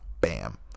bam